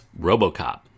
Robocop